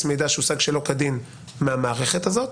מידע שהושג שלא כדין מהמערכת הזאת.